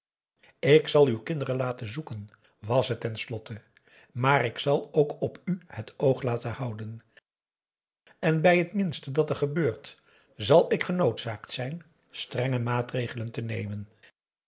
ik zal uw kinderen laten zoeken was het ten slotte maar ik zal ook op u het oog laten houden en bij t minste dat er gebeurt zal ik genoodzaakt zijn strenge maatregelen te nemen